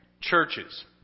churches